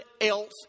else